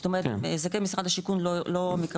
זאת אומרת זכאי משרד השיכון לא מקבלים,